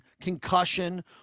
Concussion